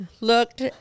looked